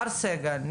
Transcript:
מר סגל,